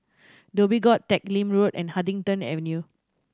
Dhoby Ghaut Teck Lim Road and Huddington Avenue